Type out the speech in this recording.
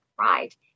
Right